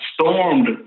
stormed